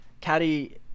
Caddy